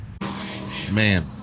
Man